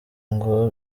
ngo